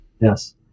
Yes